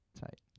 Tight